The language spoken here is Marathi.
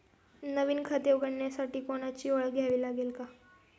नवीन खाते उघडण्यासाठी कोणाची ओळख द्यावी लागेल का?